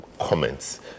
comments